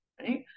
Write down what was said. right